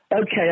Okay